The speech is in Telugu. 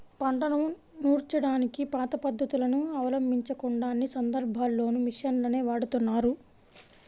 పంటను నూర్చడానికి పాత పద్ధతులను అవలంబించకుండా అన్ని సందర్భాల్లోనూ మిషన్లనే వాడుతున్నారు